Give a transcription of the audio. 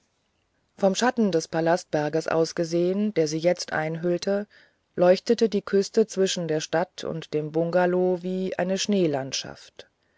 vom schatten des palastberges aus gesehen der sie jetzt umhüllte leuchtete die küste zwischen der stadt und dem bungalow wie eine schneelandschaft